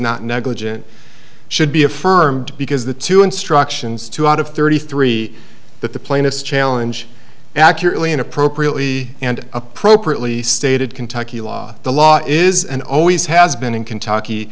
not negligent should be affirmed because the two instructions two out of thirty three that the plaintiffs challenge accurately and appropriately and appropriately stated kentucky law the law is and always has been in kentucky